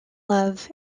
love